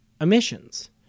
emissions